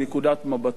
מנקודת מבטו.